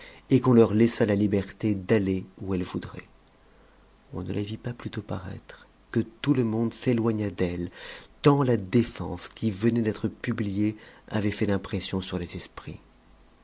et qu'on leur laissât la liberté d'aller où elles voudraient on ne les vit pas n u tôt parattre que tout e monde s'éloigna d'elles tant la défense qui vc nait d'être publiée avait fait d'impression sur les esprits